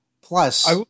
Plus